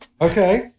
Okay